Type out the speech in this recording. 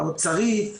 האוצרית,